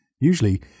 Usually